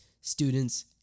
students